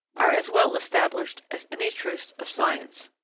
are as well established as any truths of science.